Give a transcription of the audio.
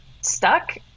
stuck